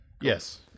Yes